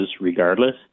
regardless